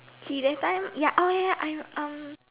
he that time ya orh ya I'm um